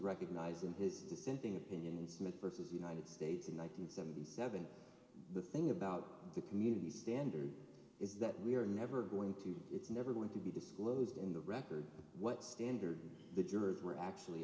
recognize in his dissenting opinion smith versus united states in nine hundred seventy seven the thing about the community standard is that we are never going to it's never going to be disclosed in the record what standard the jurors were actually